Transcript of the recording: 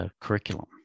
curriculum